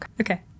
Okay